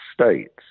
States